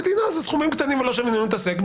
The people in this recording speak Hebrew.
המדינה זה סכומים קטנים ולא שווה לנו להתעסק,